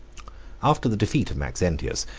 after the defeat of maxentius,